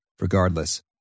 regardless